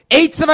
eight